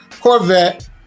Corvette